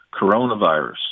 Coronavirus